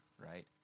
right